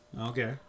Okay